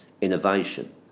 innovation